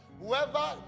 Whoever